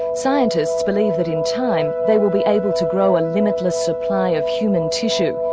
scientists believe that in time, they will be able to grow a limitless supply of human tissue,